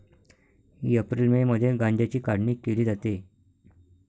April May मध्ये गांजाची काढणी केली जाते